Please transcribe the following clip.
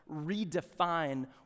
redefine